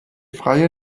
freie